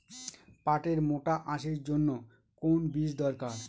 পাটের মোটা আঁশের জন্য কোন বীজ দরকার?